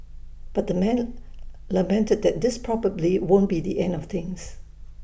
but the man lamented that this probably won't be the end of things